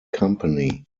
company